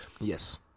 Yes